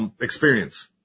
experience